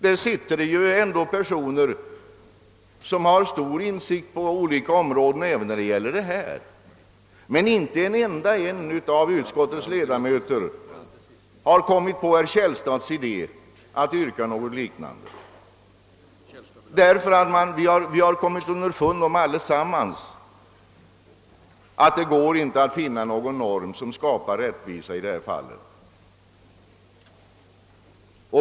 Där sitter ändå personer som har stor insikt på olika områden — även på detta område — men inte någon enda av utskottets ledamöter har kommit på idén att yrka någonting sådant som herr Källstad här yrkade. Vi har nämligen alla kommit underfund med att det inte är möjligt att finna någon norm som skapar rättvisa i det här fallet.